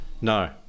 no